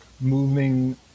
moving